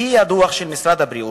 לפי דוח משרד הבריאות,